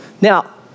Now